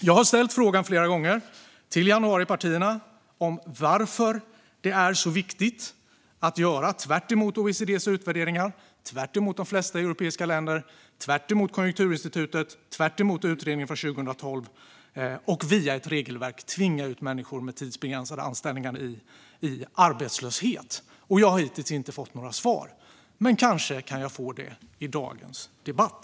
Jag har flera gånger ställt frågan till januaripartierna varför det är så viktigt att gå tvärtemot OECD:s utvärderingar, tvärtemot de flesta europeiska länder, tvärtemot Konjunkturinstitutet och tvärtemot utredningen från 2012 och via ett regelverk tvinga människor med tidsbegränsade anställningar ut i arbetslöshet. Jag har hittills inte fått några svar, men kanske kan jag få det i dagens debatt.